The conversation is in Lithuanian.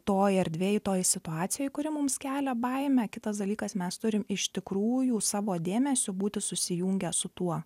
toj erdvėj toj situacijoj kuri mums kelia baimę kitas dalykas mes turim iš tikrųjų savo dėmesiu būti susijungę su tuo